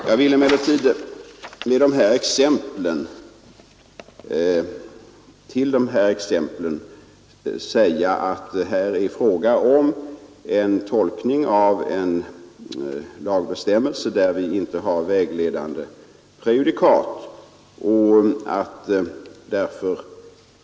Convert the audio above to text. Jag vill emellertid till dessa exempel säga att här är det fråga om en tolkning av en lagbestämmelse där vi inte har vägledande prejudikat.